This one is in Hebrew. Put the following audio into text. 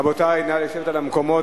רבותי, נא לשבת במקומות.